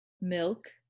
milk